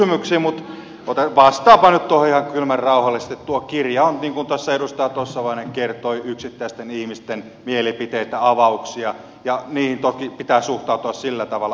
mutta vastaanpa nyt tuohon ihan kylmän rauhallisesti että tuo kirja on niin kuin tuossa edustaja tossavainen kertoi yksittäisten ihmisten mielipiteitä avauksia ja niihin toki pitää suhtautua sillä tavalla